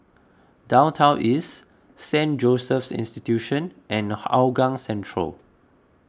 Downtown East Saint Joseph's Institution and Hougang Central